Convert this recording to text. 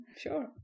Sure